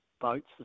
boats